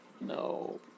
No